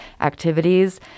activities